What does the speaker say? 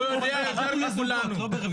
תודה רבה